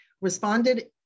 Responded